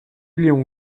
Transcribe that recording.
léon